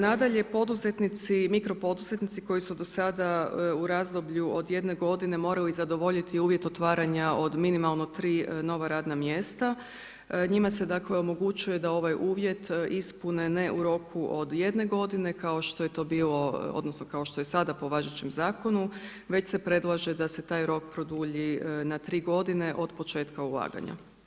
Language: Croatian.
Nadalje, poduzetnici, mikro poduzetnici koji su do sada u razdoblju od jedne godine morali zadovoljiti uvjet otvaranja od minimalno tri nova radna mjesta, njima se dakle omogućuje da ovaj uvjet ispune ne u roku od jedne godine kao što je to bilo, odnosno kao što je sada po važećem zakonu već se predlaže da se taj rok produlji na tri godine od početka ulaganja.